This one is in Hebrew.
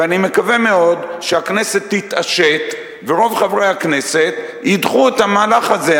ואני מקווה מאוד שהכנסת תתעשת ורוב חברי הכנסת ידחו את המהלך הזה.